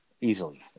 Easily